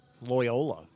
Loyola